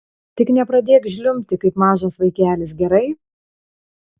tik nepradėk žliumbti kaip mažas vaikelis gerai